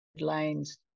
lanes